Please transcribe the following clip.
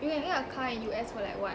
you can get a car in U_S for like what